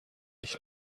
ich